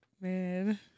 Man